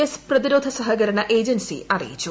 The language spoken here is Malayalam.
എസ് പ്രതിരോധ സഹകരണ ഏജൻസി അറിയിച്ചു